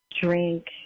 drink